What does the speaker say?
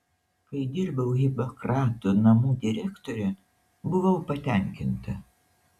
kai dirbau hipokrato namų direktore buvau patenkinta